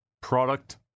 product